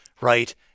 right